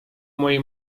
mojej